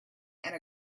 and